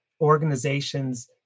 organizations